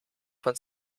von